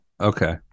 okay